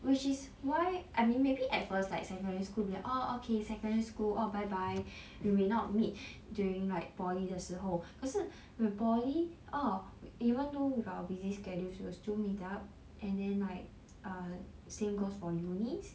which is why I mean maybe at first like secondary school we'll be like orh okay secondary school orh bye bye we may not meet during like poly 的时候可是 when we poly orh even though with our busy schedule she will still meet up and then like err same goes for uni's